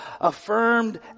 affirmed